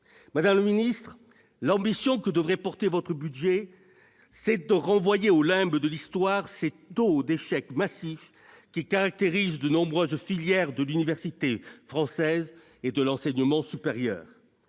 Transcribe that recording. Madame la ministre, votre budget devrait porter l'ambition de renvoyer aux limbes de l'histoire ces taux d'échecs massifs qui caractérisent de nombreuses filières de l'université française et de l'enseignement supérieur.